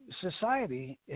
society